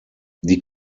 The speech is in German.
die